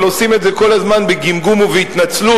אבל עושים את זה כל הזמן בגמגום ובהתנצלות,